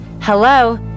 hello